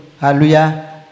Hallelujah